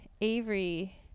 avery